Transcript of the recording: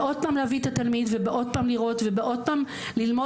בעוד פעם להביא את התלמיד ובעוד פעם לראות ובעוד פעם ללמוד